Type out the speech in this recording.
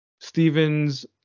steven's